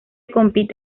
compite